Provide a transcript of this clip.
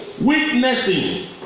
witnessing